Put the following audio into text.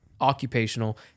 occupational